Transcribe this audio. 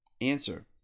Answer